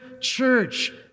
church